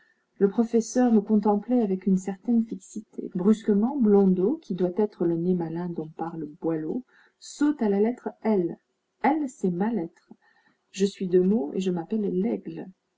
le professeur me contemplait avec une certaine fixité brusquement blondeau qui doit être le nez malin dont parle boileau saute à la lettre l l c'est ma lettre je suis de meaux et je m'appelle lesgle